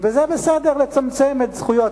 וזה בסדר לצמצם זכויות.